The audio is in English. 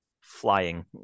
flying